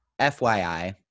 FYI